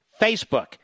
Facebook